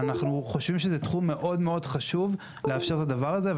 אנחנו חושבים שזה תחום מאוד מאוד חשוב לאפשר את הדבר הזה.